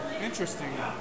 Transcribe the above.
interesting